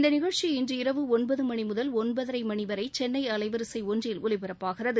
இந்த நிகழ்ச்சி இன்று இரவு ஒன்பது மணி முதல் ஒன்பதரை மணி வரை சென்னை அலைவரிசை ஒன்றில் ஒலிபரப்பாகிறது